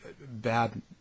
bad